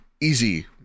easy